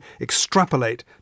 extrapolate